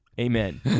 Amen